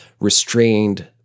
restrained